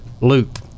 loop